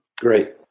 great